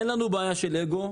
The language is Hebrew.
אין לנו בעיה של אגו.